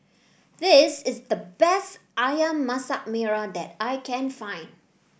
this is the best ayam Masak Merah that I can find